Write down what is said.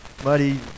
Muddy